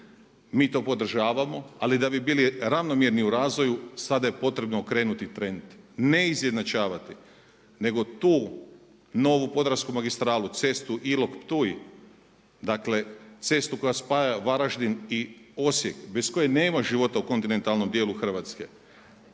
Mi to podržavamo, ali da bi bili ravnomjerni u razvoju sada je potrebno okrenuti trend, ne izjednačavati nego tu novu podravsku magistralu cestu Ilok-Ptuj, dakle cestu koja spaja Varaždin i Osijek bez koje nema života u kontinentalnom dijelu Hrvatske,